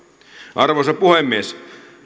arvoisa puhemies